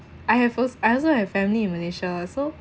I have also I also have family in malaysia so